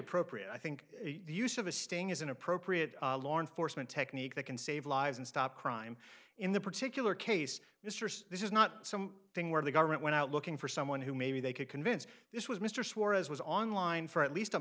appropriate i think use of a sting is an appropriate law enforcement technique that can save lives and stop crime in the particular case misters this is not some thing where the government went out looking for someone who maybe they could convince this was mr suarez was online for at least a